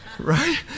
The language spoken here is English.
Right